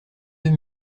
deux